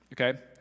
Okay